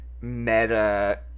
meta